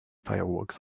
fireworks